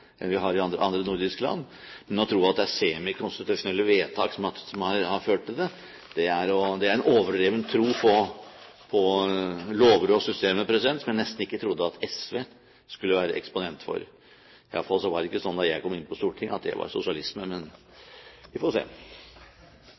enn man har i andre nordiske land. Men å tro at det er semikonstitusjonelle vedtak som har ført til det, er en overdreven tro på lover og systemer som jeg nesten ikke trodde at SV skulle være eksponent for, iallfall var det ikke slik da jeg kom inn på Stortinget at det var sosialisme – men